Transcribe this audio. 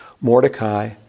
Mordecai